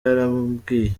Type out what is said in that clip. yarambwiye